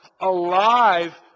alive